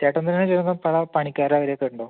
ചേട്ടൻ തന്നെ ചെയ്ത് പണിക്കാർ ആവരൊക്കെ ഉണ്ടോ